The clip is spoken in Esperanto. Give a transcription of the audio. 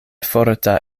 forta